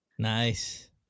Nice